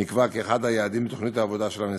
נקבע כאחד היעדים בתוכנית העבודה של המשרד.